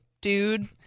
dude